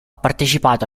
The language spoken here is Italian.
partecipato